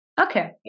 okay